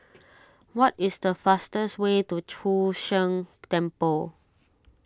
what is the fastest way to Chu Sheng Temple